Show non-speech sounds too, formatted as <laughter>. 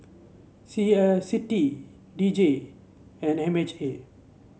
C I <unintelligible> D J and M H A